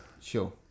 Sure